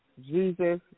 Jesus